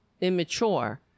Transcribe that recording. immature